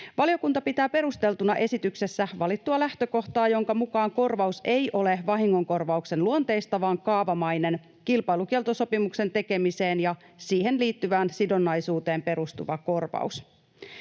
Valiokunta pitää perusteltuna esityksessä valittua lähtökohtaa, jonka mukaan korvaus ei ole vahingonkorvauksen luonteista vaan kaavamainen kilpailukieltosopimuksen tekemiseen ja siihen liittyvään sidonnaisuuteen perustuva korvaus.